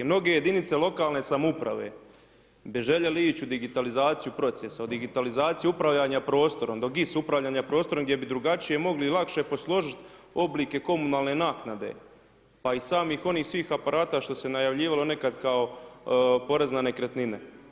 Mnoge jedinice lokalne samouprave bi željeli ići u digitalizaciju procesa, u digitalizaciju upravljanja prostorom, do GIS upravljanja prostorom gdje bi drugačije mogli i lakše posložiti oblike komunalne naknade, pa i samih onih svih aparata što se najavljivalo nekad kao porez na nekretnine.